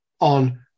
On